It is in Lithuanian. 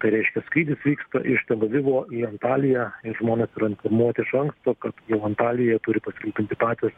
tai reiškia skrydis vyksta iš tel avivo į antaliją ir žmonės yra informuoti iš anksto kad jau antalijoje jie turi pasirūpinti patys